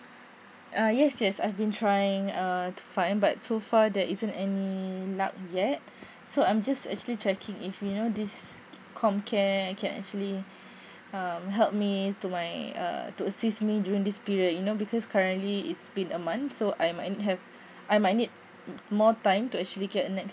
uh yes yes I've been trying uh to find but so far there isn't any luck yet so I'm just actually checking if you know this comcare can actually um help me to my err to assist me during this period you know because currently it's been a month so I might have I might need more time to actually get next